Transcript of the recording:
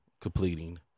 completing